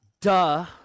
Duh